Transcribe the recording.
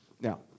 Now